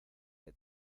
que